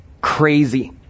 crazy